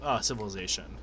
civilization